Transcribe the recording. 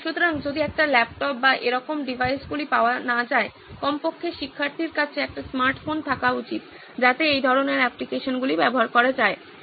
সুতরাং যদি একটি ল্যাপটপ বা এরকম ডিভাইসগুলি পাওয়া না যায় কমপক্ষে শিক্ষার্থীর কাছে একটি স্মার্টফোন থাকা উচিত যাতে এই ধরনের অ্যাপ্লিকেশনগুলি ব্যবহার করা যায়